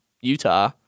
Utah